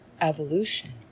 evolution